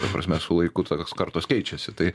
ta prasme su laiku tokios kartos keičiasi tai